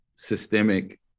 systemic